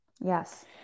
Yes